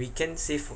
we can say fo~